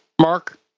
Mark